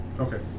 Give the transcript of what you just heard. Okay